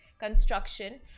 Construction